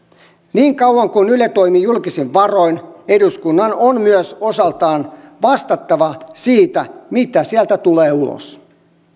niin kauan kuin yle toimii julkisin varoin eduskunnan on myös osaltaan vastattava siitä mitä sieltä tulee ulos